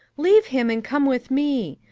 leave him and come with me.